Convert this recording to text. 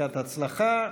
ברכת הצלחה.